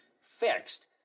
fixed